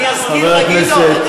אני אזכיר לגדעון,